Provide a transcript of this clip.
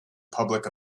public